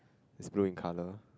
it's blue in colour